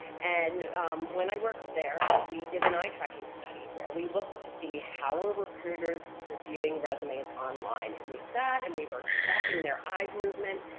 and when i worked there, we did an eye tracking study where we looked to see how are recruiters reviewing resumes online and we sat and we were tracking their eye's movement,